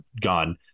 gone